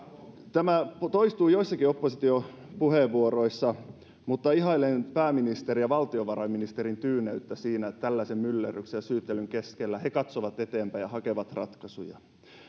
tämä toistui joissakin oppositiopuheenvuoroissa mutta ihailen pääministerin ja valtiovarainministerin tyyneyttä siinä että tällaisen myllerryksen ja syyttelyn keskellä he katsovat eteenpäin ja hakevat ratkaisuja